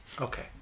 Okay